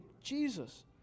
Jesus